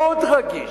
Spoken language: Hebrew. מאוד רגיש.